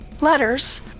letters